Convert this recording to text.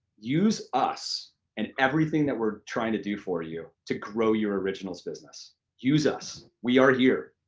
use us and everything that we're trying to do for you to grow your originals business. use us. we are here.